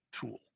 tool